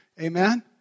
Amen